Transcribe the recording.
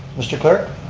mr. clerk.